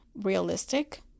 realistic